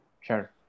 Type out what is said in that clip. Sure